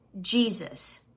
Jesus